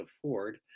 afford